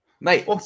Mate